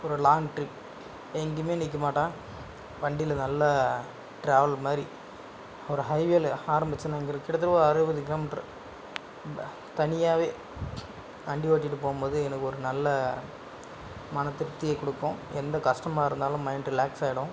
ஒரு long trip எங்கேயுமே நிற்க மாட்டேன் வண்டியில் நல்ல ட்ராவல் மாதிரி ஒரு ஹைவேயில் ஆரம்பித்து நான் இங்கே இருக்க கிட்டத்தட்ட ஒரு அறுபது கிலோமீட்ரு தனியாகவே வண்டி ஓட்டிகிட்டு போகும்போது எனக்கு ஒரு நல்ல மன திருப்தியை கொடுக்கும் எந்த கஷ்டமா இருந்தாலும் மைண்ட் ரிலாக்ஸ் ஆகிடும்